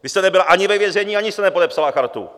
Vy jste nebyla ani ve vězení, ani jste nepodepsala Chartu.